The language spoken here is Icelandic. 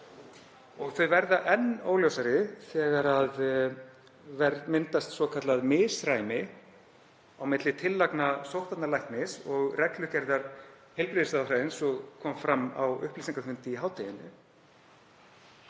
og þau verða enn óljósari þegar myndast svokallað misræmi á milli tillagna sóttvarnalæknis og reglugerðar heilbrigðisráðherra, eins og kom fram á upplýsingafundi í hádeginu